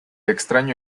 extraño